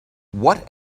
what